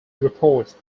reports